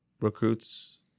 recruits